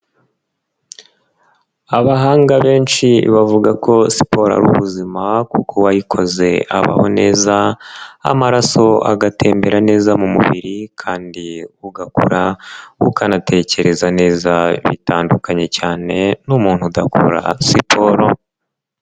Abahanga benshi bavuga ko siporo ari ubuzima kuko uwayikoze abaho neza, amaraso agatembera neza mu mubiri kandi ugakura ukanatekereza neza bitandukanye cyane n'umuntu udakora siporo.